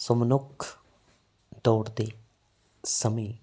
ਸੋ ਮਨੁੱਖ ਦੌੜਦੇ ਸਮੇਂ